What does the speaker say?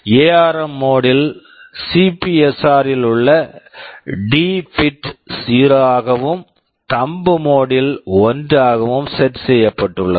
ARM ARM mode mode ல் CPSR CPSR ல் உள்ள டி Tபிட் bit 0 ஆகவும் தம்ப் மோட் thumb mode ல் 1 ஆகவும் செட் set செய்யப்பட்டுள்ளது